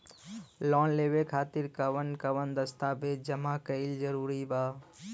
Loan लेवे खातिर कवन कवन दस्तावेज जमा कइल जरूरी बा?